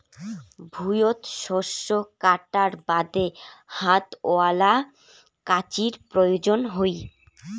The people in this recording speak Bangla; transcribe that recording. ভুঁইয়ত শস্য কাটার বাদে হাতওয়ালা কাঁচির প্রয়োজন হই